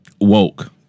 woke